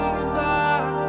goodbye